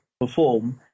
perform